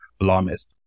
alarmist